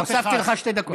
מספיק, הוספתי לך שתי דקות.